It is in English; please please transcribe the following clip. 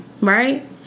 right